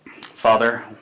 father